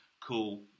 Cool